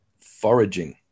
foraging